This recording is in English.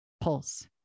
pulse